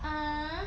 ah